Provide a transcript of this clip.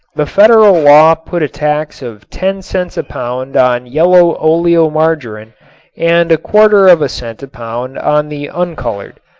the federal law put a tax of ten cents a pound on yellow oleomargarin and a quarter of a cent a pound on the uncolored.